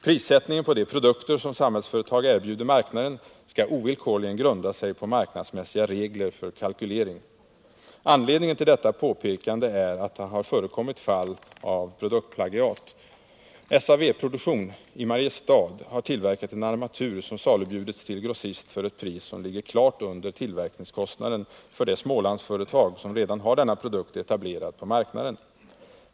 Prissättningen på de produkter som Samhällsföretag erbjuder marknaden skall ovillkorligen grunda sig på marknadsmässiga regler för kalkylering. Anledningen till detta påpekande är att det förekommit fall av produktplagiat. SAV-produktion i Mariestad har tillverkat en armatur som salubjudits till grossist för ett pris som ligger klart under tillverkningskostnaden för det Smålandsföretag som redan har denna produkt etablerad på marknaden.